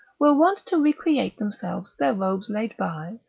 were wont to recreate themselves their robes laid by,